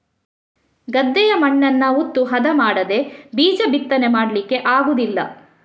ಗದ್ದೆಯ ಮಣ್ಣನ್ನ ಉತ್ತು ಹದ ಮಾಡದೇ ಬೀಜ ಬಿತ್ತನೆ ಮಾಡ್ಲಿಕ್ಕೆ ಆಗುದಿಲ್ಲ